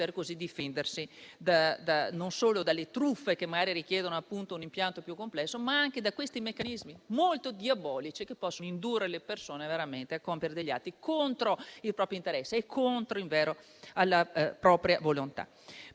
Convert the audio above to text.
poter così difendersi non solo dalle truffe, che magari richiedono un impianto più complesso, ma anche da questi meccanismi molto diabolici che possono indurre le persone a compiere degli atti contro il proprio interesse e contro la propria volontà.